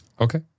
Okay